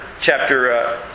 chapter